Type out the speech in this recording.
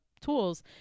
tools